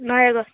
Nayagarh